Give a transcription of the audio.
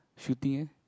shooting eh